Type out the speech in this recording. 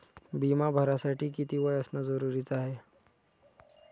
बिमा भरासाठी किती वय असनं जरुरीच हाय?